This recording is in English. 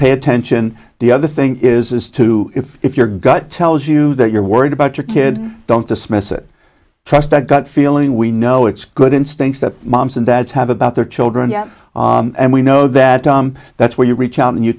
pay attention the other thing is is to if if your gut tells you that you're worried about your kid don't dismiss it trust that gut feeling we know it's good instincts that moms and dads have about their children yet and we know that um that's where you reach out and you